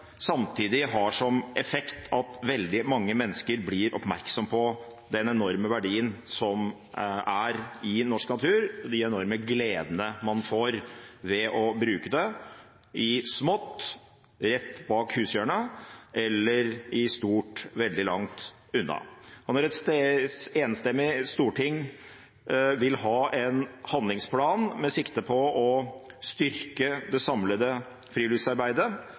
samtidig har som effekt at veldig mange mennesker blir oppmerksom på den enorme verdien som er i norsk natur, og på de enorme gledene man får ved å bruke den – i smått, rett bak hushjørnet, eller i stort, veldig langt unna. Når et enstemmig storting vil ha en handlingsplan med sikte på å styrke det samlede friluftsarbeidet